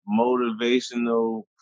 motivational